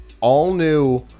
all-new